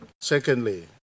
Secondly